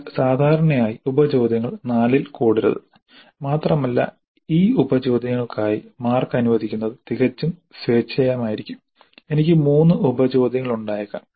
എന്നാൽ സാധാരണയായി ഉപ ചോദ്യങ്ങൾ 4 ൽ കൂടരുത് മാത്രമല്ല ഈ ഉപ ചോദ്യങ്ങൾക്കായി മാർക്ക് അനുവദിക്കുന്നത് തികച്ചും സ്വേച്ഛയമായിരിക്കും എനിക്ക് 3 ഉപ ചോദ്യങ്ങൾ ഉണ്ടായേക്കാം